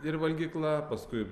ir valgykla paskui